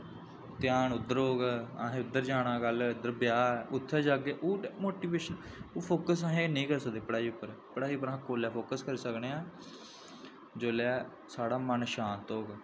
ध्यान उद्धर होग असें उद्धर जाना कल ब्याह् ऐ उत्थें जाह्गे मोटिवेशन ओह् फोकस अस नेईं करी सकदे पढ़ाई पर पढ़ाई पर असें कोलै फोकस करी सकने आं जेल्लै साढ़ा मन शांत होग